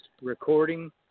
recording